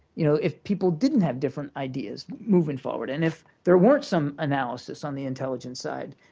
you know if people didn't have different ideas moving forward and if there weren't some analysis on the intelligence side,